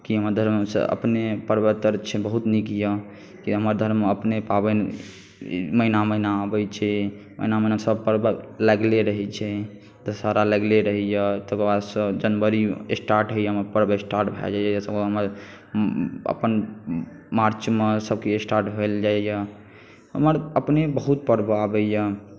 की हमर धर्मसँ अपने पर्व तऽ बहुत नीक यए कि हमर अपने धर्म पाबनि महिना महिना आबै छै महिना महिना सभ पर्व लागले रहै छै दशहरा लागले रहैए तकर बादसँ जनवरी स्टार्ट होइए तऽ हमर पर्व स्टार्ट भए जाइए सभ हमर अपन मार्चमे सभके स्टार्ट भेल जाइए हमर अपने बहुत पर्व आबैए